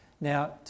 Now